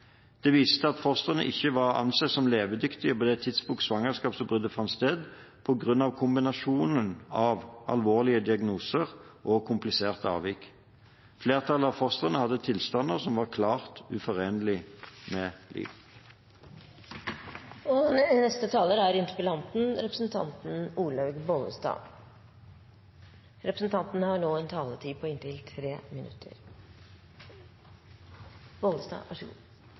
Det vises til at fostrene ikke var ansett som levedyktige på det tidspunkt svangerskapsavbruddet fant sted, på grunn av kombinasjonen av alvorlige diagnoser og kompliserte avvik. Flertallet av fostrene hadde tilstander som var klart uforenelige med